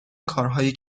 کارهایی